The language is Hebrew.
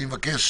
אני מבקש